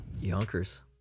Yonkers